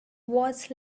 was